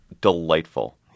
delightful